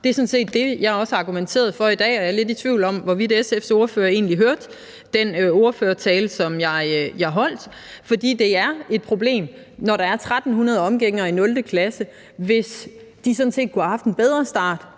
Det er sådan set også det, jeg har argumenteret for i dag, og jeg er lidt i tvivl om, hvorvidt SF's ordfører egentlig hørte den ordførertale, jeg holdt. For det er et problem, når der er 1.300 omgængere i 0. klasse, hvis de sådan set kunne have haft en bedre start